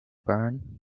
burn